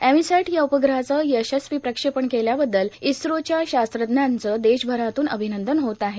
EMISAT या उपग्रहाचं यशस्वी प्रक्षेपण केल्याबद्दल इस्रोच्या शास्त्रज्ञांचं देशभरातून अभिनंदन होत आहे